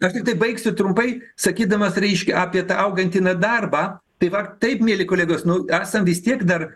aš tiktai baigsiu trumpai sakydamas reiškia apie augantį nedarbą tai va taip mieli kolegos nu esam vis tiek dar